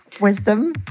wisdom